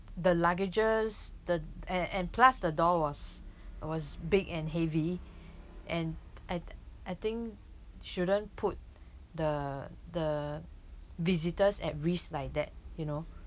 the luggages the and and plus the door was was big and heavy and at I think shouldn't put the the visitors at risk like that you know